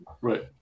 Right